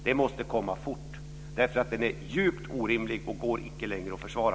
Det måste komma fort, därför att den är djupt orimlig och går icke längre att försvara.